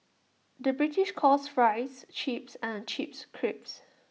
the British calls Fries Chips and Chips Crisps